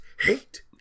hate